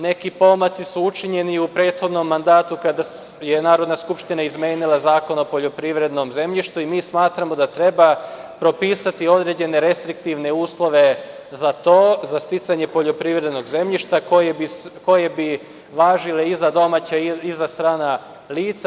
Neki pomaci su učinjeni u prethodnom mandatu kada je Narodna skupština izmenila Zakon o poljoprivrednom zemljištu i smatramo da treba propisati određene restriktivne uslove za to, za sticanje poljoprivrednog zemljišta koje bi važile i za domaća i za strana lica.